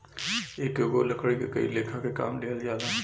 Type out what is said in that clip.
एकेगो लकड़ी से कई लेखा के काम लिहल जाला